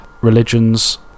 religions